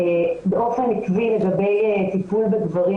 באופן עיקבי לגבי טיפול בגברים,